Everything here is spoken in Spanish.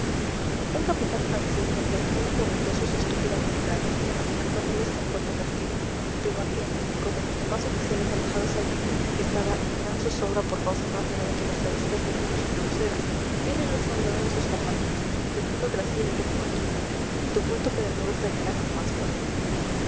un capitán francés reprendió a los revoltosos su estúpida crueldad amenazándoles con fuerte castigo pero aquel como los demás oficiales alojados allí estaba en gran zozobra por causa más grave que las travesuras de algunos soldados ebrios y regresó al lado de sus compañeros dejando tras sí el tumulto el tumulto que de nuevo estallara con más fuerza